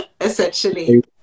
essentially